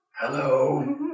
Hello